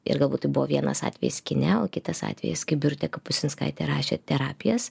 ir galbūt jų buvo vienas atvejis kine o kitas atvejis kaip birutė kapustinskaitė rašė terapijas